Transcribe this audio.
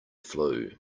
flue